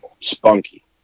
spunky